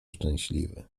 szczęśliwy